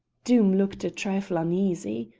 doom looked a trifle uneasy.